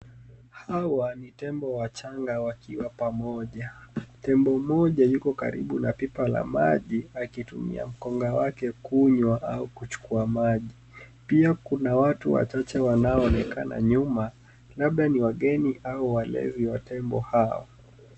Hawa ni tembo wachanga wakiwa pamoja. Tembo moja yuko karibu na pipa la maji akitumia mkonga wake kunywa au kuchukua maji. Pia kuna watu wachache wanaoonekana nyuma, labda ni wageni au walezi wa tembo hawa.